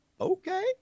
okay